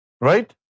Right